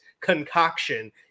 concoction